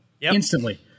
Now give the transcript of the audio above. instantly